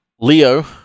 Leo